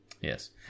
Yes